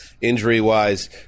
Injury-wise